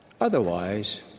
Otherwise